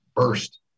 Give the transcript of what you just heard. Burst